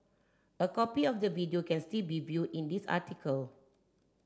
a copy of the video can still be viewed in this article